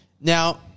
Now